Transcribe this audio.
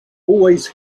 always